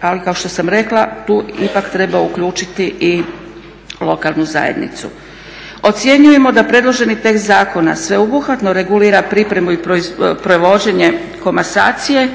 ali kao što sam rekla tu ipak treba uključiti i lokalnu zajednicu. Ocjenjujemo da predloženi tekst zakona sveobuhvatno regulira pripremu i provođenje komasacije